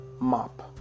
map